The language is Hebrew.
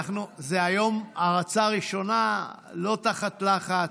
היום זו הרצה ראשונה, לא תחת לחץ.